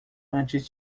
antes